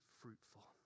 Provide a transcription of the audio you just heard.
fruitful